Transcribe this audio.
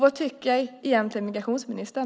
Vad tycker egentligen migrationsministern?